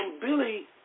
Billy